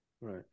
right